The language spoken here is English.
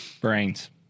Brains